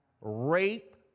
Rape